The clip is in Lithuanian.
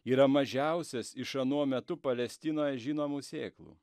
yra mažiausias iš anuo metu palestinoje žinomų sėklų